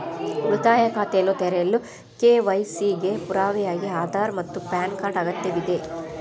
ಉಳಿತಾಯ ಖಾತೆಯನ್ನು ತೆರೆಯಲು ಕೆ.ವೈ.ಸಿ ಗೆ ಪುರಾವೆಯಾಗಿ ಆಧಾರ್ ಮತ್ತು ಪ್ಯಾನ್ ಕಾರ್ಡ್ ಅಗತ್ಯವಿದೆ